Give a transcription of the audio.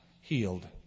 healed